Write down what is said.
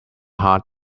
heart